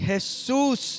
Jesús